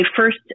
first